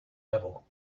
level